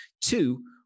Two